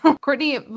Courtney